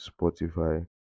spotify